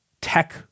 tech